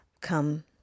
come